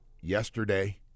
yesterday